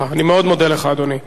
מאוד מודה לך, אדוני.